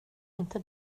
inte